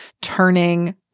turning